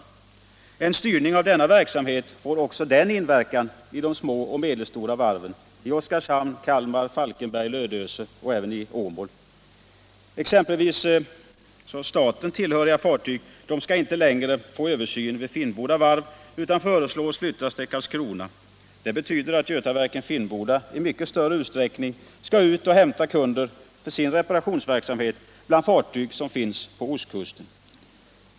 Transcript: Också en styrning av denna verksamhet får en inverkan vid de små och medelstora varven i Oskarshamn, Kalmar, Falkenberg, Lödöse och även Åmål. Staten tillhöriga fartyg skall t.ex. inte längre få översyn vid Finnboda varv utan denna föreslås bli flyttad till 9 Karlskrona. Det betyder att Götaverken Finnboda i mycket större utsträckning än nu skall hämta kunder för sin reparationsverksamhet bland fartyg som finns på ostkusten.